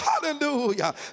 Hallelujah